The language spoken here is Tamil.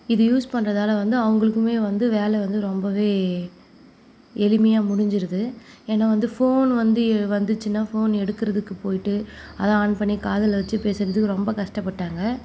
இதை யூஸ் பண்ணுறதால வந்து அவங்களுக்குமே வந்து வேலை வந்து ரொம்பவே எளிமையாக முடிஞ்சிடுது ஏன்னா வந்து ஃபோன் வந்துச்சின்னால் ஃபோன் எடுக்கிறதுக்கு போய்ட்டு அதை ஆன் பண்ணி காதில் வச்சு பேசுகிறதுக்கு ரொம்ப கஷ்டப்பட்டாங்க